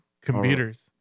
computers